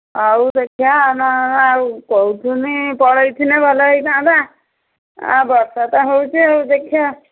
ହଉ ଦେଖବା ନ ଆଉ କହୁଥିନି ପଳାଇଥିଲେ ଭଲ ହୋଇଥାନ୍ତା ଆଉ ବର୍ଷା ତ ହେଉଛି ଆଉ ଦେଖିବା